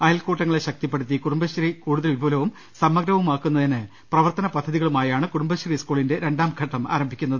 അയൽക്കൂട്ടങ്ങളെ ശക്തിപ്പെടുത്തി കുടുംബശ്രീ കൂടുതൽ വിപുലവും സമ ട ഗ്രവുമാക്കുന്നതിന് പ്രവർത്തന പദ്ധതികളുമായാണ് കുടുംബശ്രീ സ്കൂളിന്റെ രണ്ടാംഘട്ടം ആരംഭിക്കുന്നത്